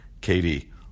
Katie